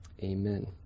Amen